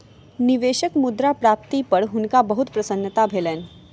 निवेशक मुद्रा प्राप्ति पर हुनका बहुत प्रसन्नता भेलैन